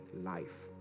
life